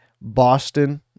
Boston